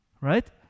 Right